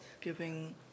giving